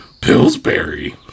Pillsbury